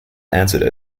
answered